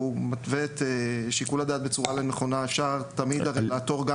או מתווה את שיקול הדעת בצורה לא נכונה אפשר תמיד לעתור,